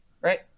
right